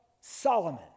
Solomon